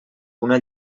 una